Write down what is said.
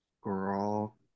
girl